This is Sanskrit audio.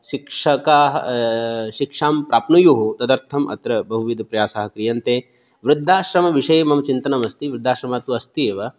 शिक्षकाः शिक्षां प्राप्नुयुः तदर्थमत्र बहुविधप्रयासाः क्रियन्ते वृद्धाश्रमविषये मम चिन्तनमस्ति वृद्धाश्रमः तु अस्ति एव